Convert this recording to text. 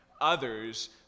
others